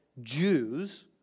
Jews